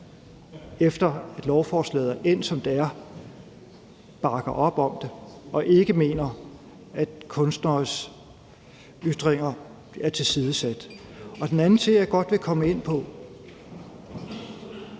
efter at lovforslaget er endt, som det er, bakker op om det og ikke mener, at kunstneres ytringsfrihed er tilsidesat. Den anden ting, jeg godt vil komme ind på,